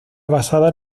basada